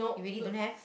you really don't have